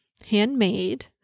Handmade